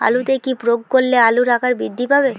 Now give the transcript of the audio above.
আলুতে কি প্রয়োগ করলে আলুর আকার বৃদ্ধি পাবে?